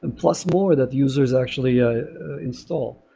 and plus more that users actually ah install.